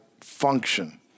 function